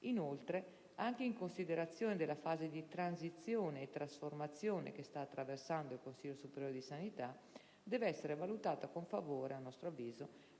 Inoltre, anche in considerazione della fase di transizione e trasformazione che sta attraversando il Consiglio superiore di sanità, deve essere a nostro avviso valutata con favore